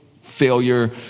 failure